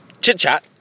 chit-chat